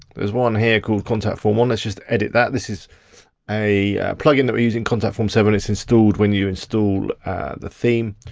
there's one here called contact form one, let's just edit that. this is a plugin that we're using, contact form seven, it's installed when you instal the theme.